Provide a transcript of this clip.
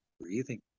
breathing